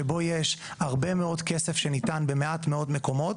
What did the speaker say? שבו יש הרבה מאוד כסף שניתן במעט מאוד מקומות,